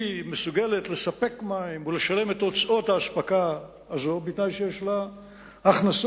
היא מסוגלת לספק מים ולשלם את הוצאות האספקה הזאת בתנאי שיש לה הכנסות.